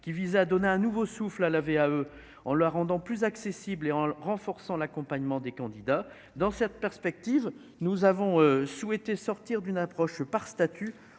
qui vise à donner un nouveau souffle à la VAE en la rendant plus accessible et en renforçant l'accompagnement des candidats dans cette perspective, nous avons souhaité sortir d'une approche par statut